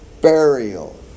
burial